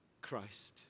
Christ